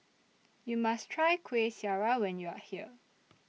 YOU must Try Kueh Syara when YOU Are here